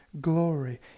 glory